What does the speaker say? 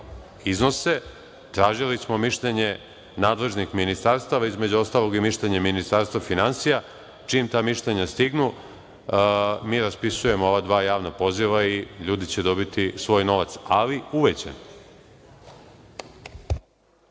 iznose, tražili smo mišljenje nadležnih ministarstava, između ostalog i mišljenje Ministarstva finansija. Čim ta mišljenja stignu mi raspisujemo ova dva javna poziva i ljudi će dobiti svoj novac, ali uvećan.